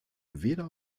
weder